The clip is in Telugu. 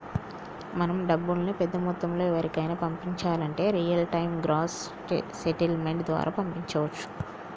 మనం డబ్బుల్ని పెద్ద మొత్తంలో ఎవరికైనా పంపించాలంటే రియల్ టైం గ్రాస్ సెటిల్మెంట్ ద్వారా పంపించవచ్చు